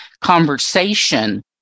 conversation